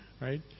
right